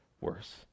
worse